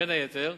בין היתר,